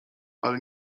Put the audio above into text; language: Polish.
ale